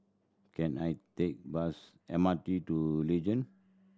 can I take bus M R T to Legend